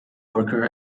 worker